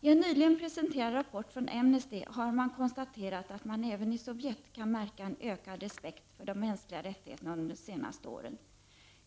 I en nyligen presenterad rapport från Amnesty har man konstaterat att man även i Sovjet kan märka en ökad respekt för de mänskliga rättigheterna under de senaste åren.